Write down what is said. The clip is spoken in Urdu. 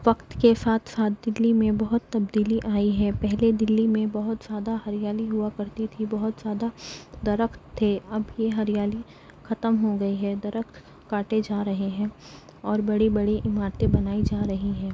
وقت کے ساتھ ساتھ دِلّی میں بہت تبدیلی آئی ہے پہلے دِلّی میں بہت زیادہ ہریالی ہُوا کرتی تھی بہت زیادہ درخت تھے اب یہ ہریالی ختم ہو گئی ہے درخت کاٹے جا رہے ہیں اور بڑی بڑی عمارتیں بنائی جا رہی ہیں